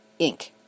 Inc